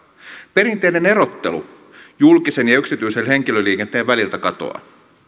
perinteinen erottelu julkisen ja yksityisen henkilöliikenteen väliltä katoaa